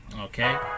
Okay